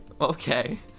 Okay